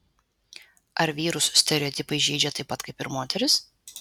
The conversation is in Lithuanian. ar vyrus stereotipai žeidžia taip pat kaip ir moteris